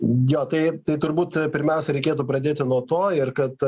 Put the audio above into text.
jo tai tai turbūt pirmiausia reikėtų pradėti nuo to ir kad